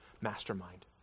mastermind